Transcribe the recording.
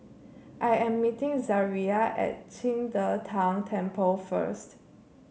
I am meeting Zaria at Qing De Tang Temple first